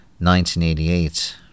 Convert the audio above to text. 1988